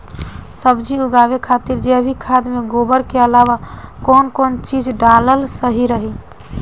सब्जी उगावे खातिर जैविक खाद मे गोबर के अलाव कौन कौन चीज़ डालल सही रही?